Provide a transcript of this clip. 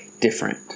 different